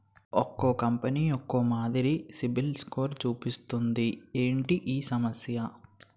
ఒక్కో కంపెనీ ఒక్కో మాదిరి సిబిల్ స్కోర్ చూపిస్తుంది ఏంటి ఈ సమస్య?